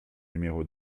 numéro